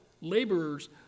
laborers